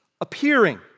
appearing